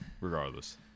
Regardless